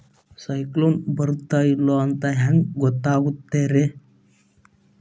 ಸೈಕ್ಲೋನ ಬರುತ್ತ ಇಲ್ಲೋ ಅಂತ ಹೆಂಗ್ ಗೊತ್ತಾಗುತ್ತ ರೇ?